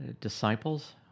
disciples